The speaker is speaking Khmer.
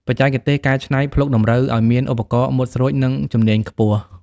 បច្ចេកទេសកែច្នៃភ្លុកតម្រូវឱ្យមានឧបករណ៍មុតស្រួច និងជំនាញខ្ពស់។